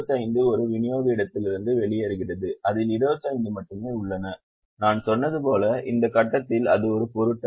35 ஒரு விநியோக இடத்திலிருந்து வெளியேறுகிறது அதில் 25 மட்டுமே உள்ளது நான் சொன்னது போல் இந்த கட்டத்தில் அது ஒரு பொருட்டல்ல